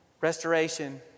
restoration